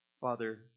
Father